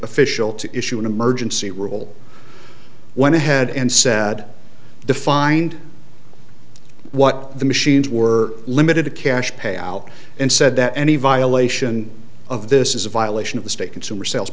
official to issue an emergency rule went ahead and said defined what the machines were limited to cash payout and said that any violation of this is a violation of the state consumer sales